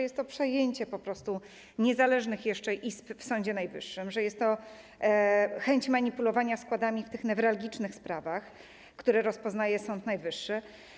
Jest to przejęcie po prostu niezależnych jeszcze izb w Sądzie Najwyższym, jest to chęć manipulowania składami w tych newralgicznych sprawach, które rozpoznaje Sąd Najwyższy.